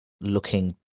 looking